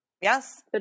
Yes